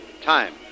time